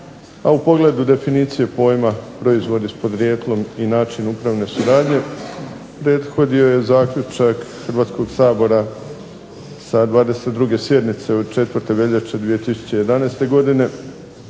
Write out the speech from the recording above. a u pogledu definicije pojma proizvodi s podrijetlom i način upravne suradnje prethodio je zaključak Hrvatskog sabora sa 22. sjednice od 4. veljače 2011. godine